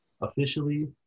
officially